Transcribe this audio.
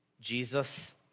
Jesus